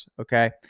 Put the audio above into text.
okay